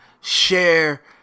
share